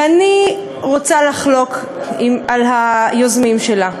ואני רוצה לחלוק על היוזמים שלה,